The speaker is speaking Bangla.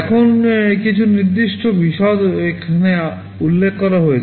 এখন কিছু নির্দিষ্ট বিশদ এখানে উল্লেখ করা হয়েছে